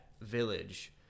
village